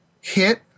hit